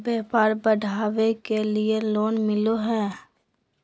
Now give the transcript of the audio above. व्यापार बढ़ावे के लिए लोन मिलो है?